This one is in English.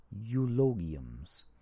eulogiums